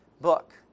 book